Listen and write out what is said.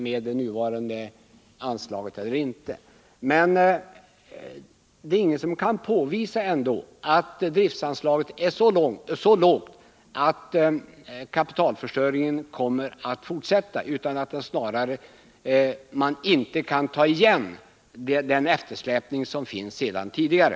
Men det är ändå ingen som kan påvisa att driftanslaget är så lågt att kapitalförstöringen kommer att fortsätta. Snarare är det så att man inte kan ta igen eftersläpningen från tidigare.